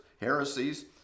heresies